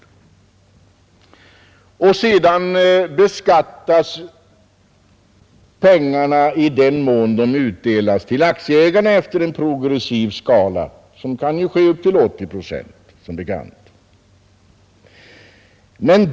Sedan beskattas pengarna i den mån de utdelas till aktieägarna efter en progressiv skala som, som bekant, går upp till 80 procent.